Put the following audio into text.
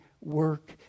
work